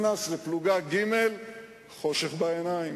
אנשים מאוד הסתקרנו, התקשרו אל האדם הזה,